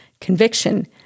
Conviction